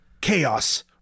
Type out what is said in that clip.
chaos